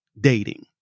dating